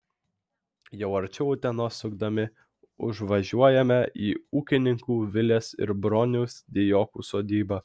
jau arčiau utenos sukdami užvažiuojame į ūkininkų vilės ir broniaus dijokų sodybą